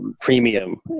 premium